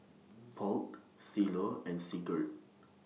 Polk Shiloh and Sigurd